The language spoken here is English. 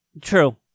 True